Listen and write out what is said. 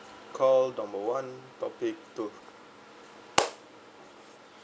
call number one topic two